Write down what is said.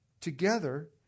together